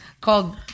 called